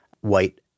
white